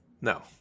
No